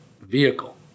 vehicle